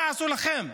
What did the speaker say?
מה עשו לכם?